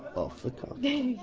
off the cuff.